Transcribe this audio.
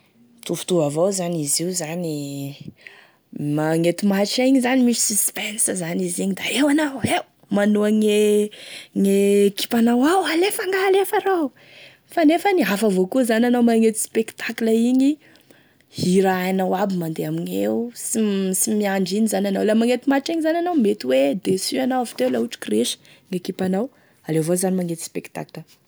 Mitovitovy avao zany izy io zany,e magnenty match igny zany misy suspense zany izy igny da eo anao eo manohagny e gne équipe anao ao, alefa ngahy alefa ro, fa nefany hafa avao koa zany anao magnety spectacle igny, hira hainao aby e mandeha amigneo, sy m sy miandry ino zany anao laha magnety match iny zany anao mety hoe déçu anao aviteo laha ohatry ka resy gn'équipenao, aleo avao zany magnety spectacle.